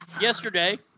yesterday